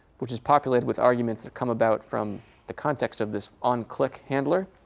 which is populated with arguments that come about from the context of this onclick handler.